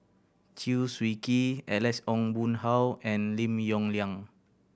Chew Swee Kee Alex Ong Boon Hau and Lim Yong Liang